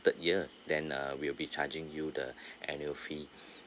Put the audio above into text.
third year then uh we will be charging you the annual fee